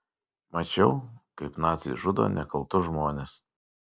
mačiau kaip naciai žudo nekaltus žmones